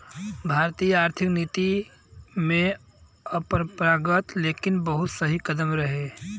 आय क स्वैच्छिक प्रकटीकरण योजना भारतीय आर्थिक नीति में अपरंपरागत लेकिन बहुत सही कदम रहे